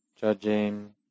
Judging